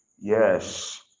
Yes